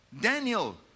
Daniel